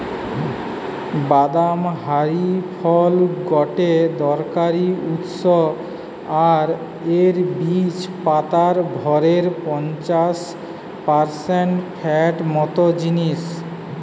বাদাম হারি ফল গটে দরকারি উৎস আর এর বীজ পাতার ভরের পঞ্চাশ পারসেন্ট ফ্যাট মত জিনিস